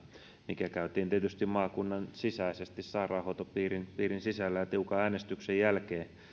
mikä käytiin tietysti maakunnan sisäisesti sairaanhoitopiirin sisällä ja tiukan äänestyksen jälkeen